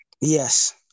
Yes